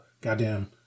goddamn